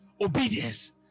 Obedience